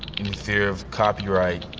in fear of copyright.